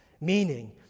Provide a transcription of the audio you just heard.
meaning